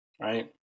right